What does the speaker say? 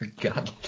God